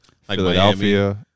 Philadelphia